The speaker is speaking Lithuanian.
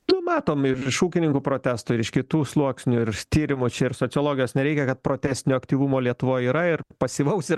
tu matom ir iš ūkininkų protestų ir iš kitų sluoksnių ir tyrimų čia ir sociologas neneigia kad protesnio aktyvumo lietuvoj yra ir pasyvaus ir